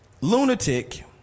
lunatic